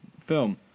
film